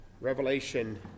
Revelation